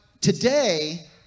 today